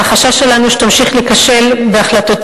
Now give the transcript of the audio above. והחשש שלנו הוא שהיא תמשיך להיכשל בהחלטותיה.